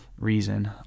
reason